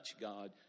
God